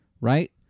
right